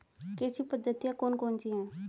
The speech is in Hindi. कृषि पद्धतियाँ कौन कौन सी हैं?